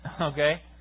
Okay